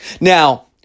Now